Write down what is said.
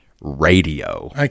Radio